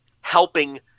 helping